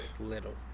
Little